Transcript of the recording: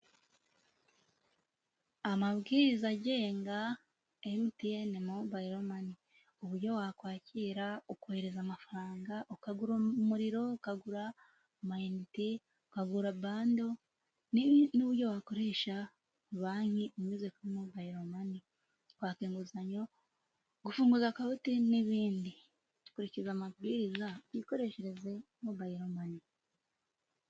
Amabwiriza agenga emutiyeni mobiyiromani. Uburyo wakwakira, ukohereza amafaranga, ukagura umuriro, ukagura amayinite, ukagura bando n'uburyo wakoresha banki unyuze kuri mobayiromani, kwaka inguzanyo, gufunguza konti n'ibindi. Kurikiza amabwiriza, wikoreshereze mobiyiromani.